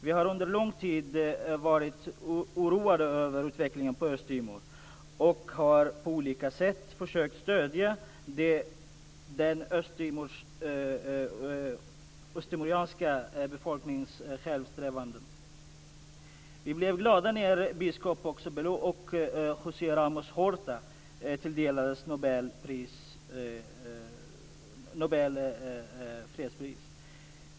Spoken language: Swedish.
Vi har under lång tid varit oroade över utvecklingen på Östtimor och försökt att på olika sätt stödja befolkningens självständighetssträvanden. Vi blev glada när biskop Carlos Belo och José Ramos Horta tilldelades Nobels fredspris.